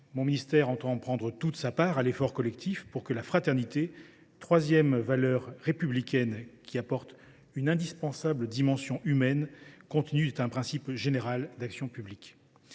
mon ministère entend prendre toute sa part à l’effort collectif pour que la fraternité – la troisième valeur républicaine, celle qui apporte une indispensable dimension humaine – continue d’être un principe général d’action publique.